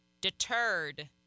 deterred